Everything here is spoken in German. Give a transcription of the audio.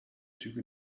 züge